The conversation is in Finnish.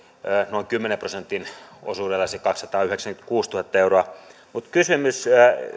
noin kymmenen prosentin osuudella siis kaksisataayhdeksänkymmentäkuusituhatta euroa mutta kysymys